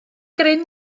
gryn